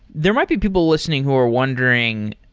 there might be people listening who are wondering,